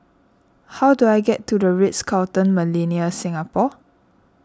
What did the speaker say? how do I get to the Ritz Carlton Millenia Singapore